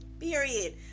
period